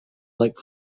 like